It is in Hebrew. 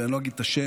ואני לא אגיד את השם,